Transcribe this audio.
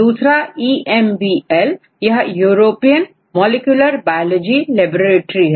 दूसराEMBL यह European molecular biology laboratory है